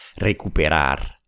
Recuperar